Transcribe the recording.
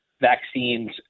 vaccines